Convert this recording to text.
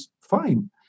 fine